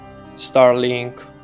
Starlink